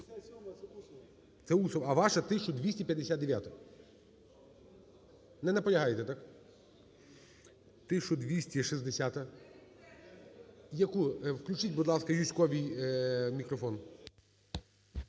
Це Усов, а ваша – 1259-а. Не наполягаєте, так? 1260-а. Яку? Включіть, будь ласка, Юзьковій мікрофон.